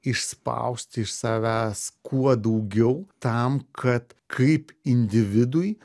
išspausti iš savęs kuo daugiau tam kad kaip individui